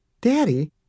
Daddy